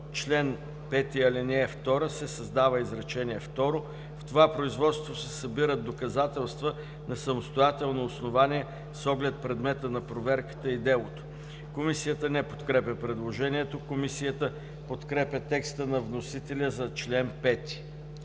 чл. 5, ал. 2 се създава изречение второ: „В това производство се събират доказателства на самостоятелно основание с оглед предмета на проверката и делото.“ Комисията не подкрепя предложението. Комисията подкрепя текста на вносителя за чл. 5.